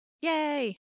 Yay